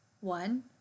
One